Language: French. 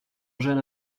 jeune